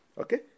okay